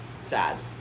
Sad